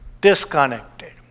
disconnected